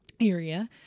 area